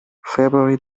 february